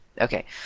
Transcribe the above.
Okay